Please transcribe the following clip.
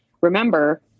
remember